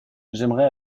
j’aimerais